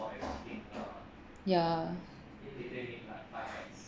ya